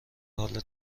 حال